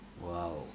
Wow